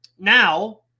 Now